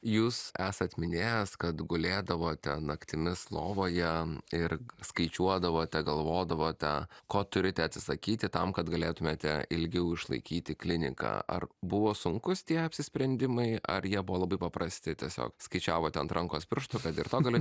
jūs esat minėjęs kad gulėdavote naktimis lovoje ir skaičiuodavote galvodavote ko turite atsisakyti tam kad galėtumėte ilgiau išlaikyti kliniką ar buvo sunkus tie apsisprendimai ar jie buvo labai paprasti tiesiog skaičiavote ant rankos pirštų kad ir to gali